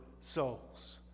souls